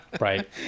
Right